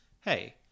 hey